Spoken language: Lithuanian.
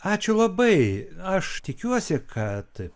ačiū labai aš tikiuosi kad